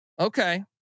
okay